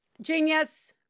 Genius